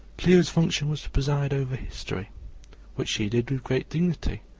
clio's function was to preside over history which she did with great dignity,